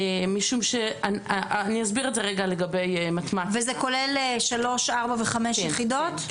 זה כולל שלוש ארבע וחמש יחידות?